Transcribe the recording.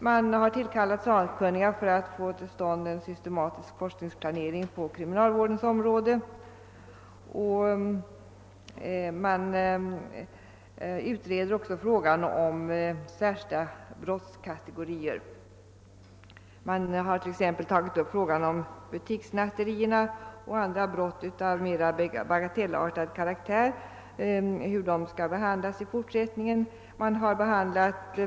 Man har tillkallat sakkunniga för att få till stånd en systematisk forskningsplanering på kriminalvårdens område, och man utreder även frågan om särskilda brottskategorier. Man har t.ex. tagit upp frågan om hur butikssnatterierna och andra brott av mera bagatellartad karaktär skall behandlas i fortsättningen.